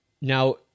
Now